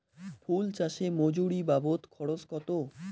ফুল চাষে মজুরি বাবদ খরচ কত?